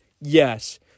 Yes